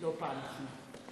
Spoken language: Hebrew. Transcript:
לא פעם ראשונה.